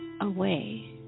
away